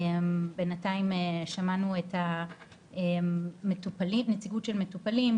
בינתיים שמענו את הנציגות של המטופלים,